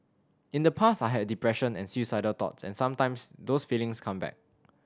in the past I had depression and suicidal thoughts and sometimes those feelings come back